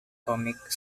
comic